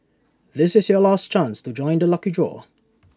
this is your last chance to join the lucky draw